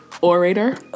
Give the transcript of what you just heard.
orator